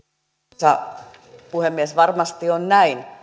arvoisa puhemies varmasti on näin